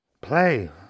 play